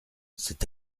c’est